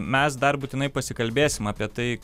mes dar būtinai pasikalbėsim apie tai